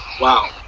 Wow